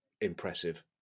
impressive